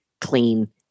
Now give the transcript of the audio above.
clean